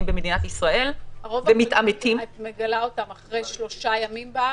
במדינת ישראל --- את מגלה אותם אחרי 3 ימים בארץ?